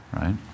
right